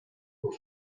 were